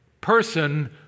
person